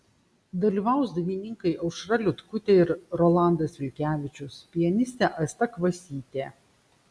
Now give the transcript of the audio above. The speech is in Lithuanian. dalyvaus dainininkai aušra liutkutė ir rolandas vilkevičius pianistė asta kvasytė